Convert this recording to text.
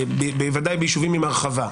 בוודאי ביישובים עם הרחבה,